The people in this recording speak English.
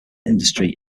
industry